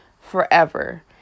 forever